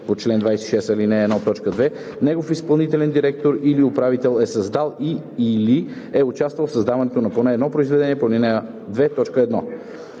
по чл. 26, ал. 1, т. 2 негов изпълнителен директор или управител е създал и/или е участвал в създаването на поне едно произведение по ал. 2, т. 1.